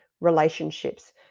relationships